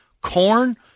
corn